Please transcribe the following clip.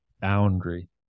boundary